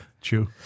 True